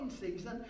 season